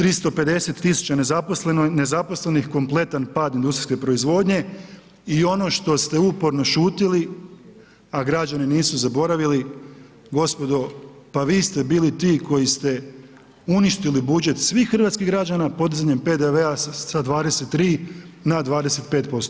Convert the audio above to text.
350 tisuća nezaposlenih, kompletan pad ljudske proizvodnje ili ono što ste uporno šutjeli, a građani nisu zaboravili, gospodo, pa vi ste bili ti koji ste uništili budžet svih hrvatskih građana, podizanjem PDV-a sa 23 na 25%